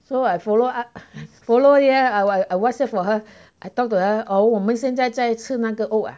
so I follow up follow lah I I whatsapp for her I talked to her or 我们现在在吃那个 oat ah